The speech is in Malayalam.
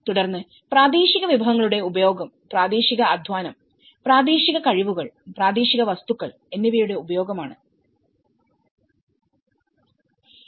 തുടർന്ന് പ്രാദേശിക വിഭവങ്ങളുടെ ഉപയോഗം പ്രാദേശിക അധ്വാനം പ്രാദേശിക കഴിവുകൾ പ്രാദേശിക വസ്തുക്കൾ എന്നിവയുടെ ഉപയോഗം ആണ്